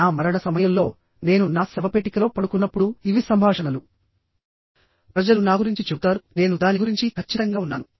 నా మరణ సమయంలో నేను నా శవపేటికలో పడుకున్నప్పుడు ఇవి సంభాషణలు ప్రజలు నా గురించి చెబుతారు నేను దాని గురించి ఖచ్చితంగా ఉన్నాను